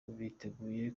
biteguye